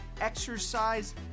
exercise